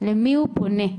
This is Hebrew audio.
למי הוא פונה.